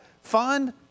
fund